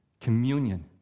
communion